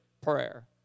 prayer